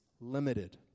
limited